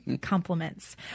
Compliments